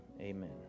amen